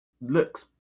Looks